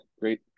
great